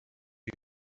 you